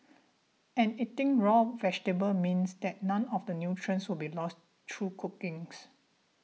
and eating raw vegetables means that none of the nutrients will be lost through cookings